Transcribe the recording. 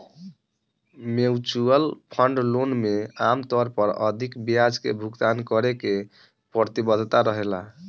mutual fund loan में आमतौर पर अधिक ब्याज के भुगतान करे के प्रतिबद्धता रहेला